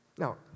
Now